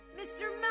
Mr